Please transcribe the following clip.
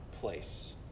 place